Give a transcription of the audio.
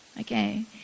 Okay